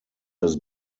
his